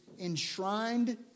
enshrined